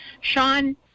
Sean